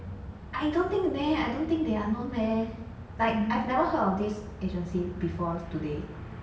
I don't think they I don't think they are known leh like I've never heard of this agency before today